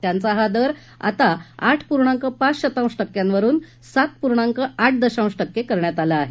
त्यांचा हा दर आता आठ पूर्णाक पाच शतांश टक्क्यावरुन सात पूर्णांक आठ दशांश टक्के करण्यात आला आहे